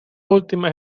última